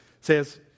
says